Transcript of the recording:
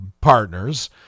partners